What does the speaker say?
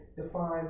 define